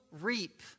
reap